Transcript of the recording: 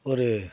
ஒரு